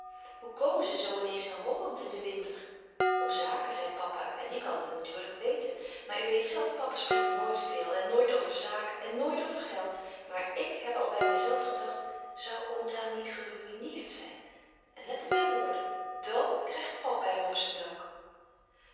hoe komen ze zoo in eens naar holland in den winter om zaken zei papa en die kan het natuurlijk weten maar u weet zelf papa spreekt nooit veel en nooit over zaken en nooit over geld maar ik heb al bij mezelf gedacht zoû oom daan niet geruïneerd zijn en let op mijn woorden dan krijgt papa hem op zijn dak